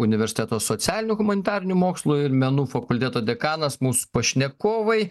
universiteto socialinių humanitarinių mokslų ir menų fakulteto dekanas mūsų pašnekovai